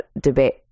debate